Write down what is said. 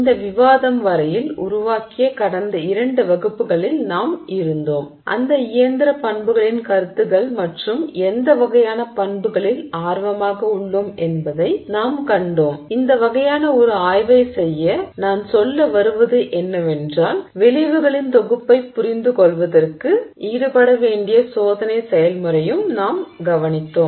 இந்த விவாதம் வரையில் உருவாக்கிய கடந்த இரண்டு வகுப்புகளில் நாம் இருந்தோம் அந்த இயந்திர பண்புகளின் கருத்துகள் மற்றும் எந்த வகையான பண்புகளில் ஆர்வமாக உள்ளோம் என்பதை நாம் கண்டோம் இந்த வகையான ஒரு ஆய்வை செய்ய நான் சொல்ல வருவது விளைவுகளின் தொகுப்பைப் புரிந்து கொள்வதற்கு ஈடுபட வேண்டிய சோதனை செயல்முறையையும் நாம் கவனித்தோம்